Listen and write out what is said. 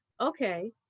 okay